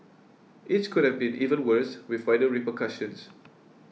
each could have been even worse with wider repercussions